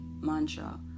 mantra